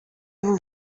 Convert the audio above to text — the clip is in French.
vous